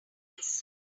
eyes